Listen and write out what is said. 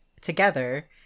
together